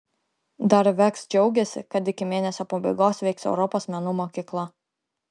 dar veks džiaugiasi kad iki mėnesio pabaigos veiks europos menų mokykla